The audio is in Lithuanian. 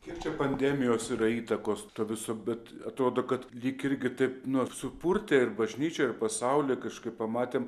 kiek čia pandemijos yra įtakos to viso bet atrodo kad lyg irgi taip nu supurtė ir bažnyčią ir pasaulį kažkaip pamatėm